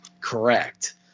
Correct